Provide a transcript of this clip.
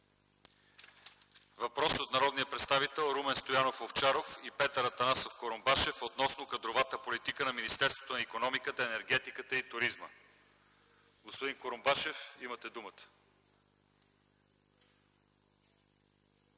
въпрос от народния представител Румен Стоянов Овчаров и Петър Атанасов Курумбашев относно кадровата политика на Министерството на икономиката, енергетиката и туризма. Господин Курумбашев, имате думата.